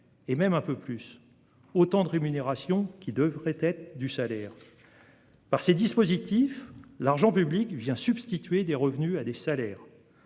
et même un peu plus. Autant d'éléments de rémunération qui devraient être du salaire. Par ces dispositifs, l'argent public vient substituer des revenus à des salaires.